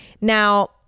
Now